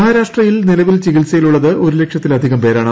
മഹാരാഷ്ട്രയിൽ നിലവിൽ ചികിത്സയിലുളളത് ഒരൂല്ലിക്ഷത്തിലധികം പേരാണ്